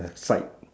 fight